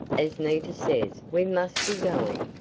as nita says, we must be going.